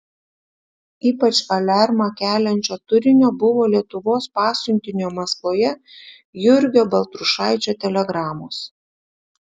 ypač aliarmą keliančio turinio buvo lietuvos pasiuntinio maskvoje jurgio baltrušaičio telegramos